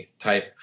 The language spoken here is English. type